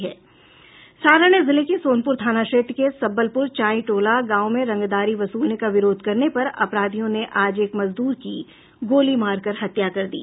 सारण जिले के सोनपुर थाना क्षेत्र के सब्बलपुर चांई टोला गांव में रंगदारी वसूलने का विरोध करने पर अपराधियों ने आज एक मजदूर की गोली मारकर हत्या कर दी